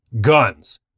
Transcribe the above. guns